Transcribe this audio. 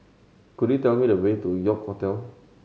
could you tell me the way to York Hotel